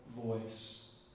voice